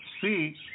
See